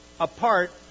apart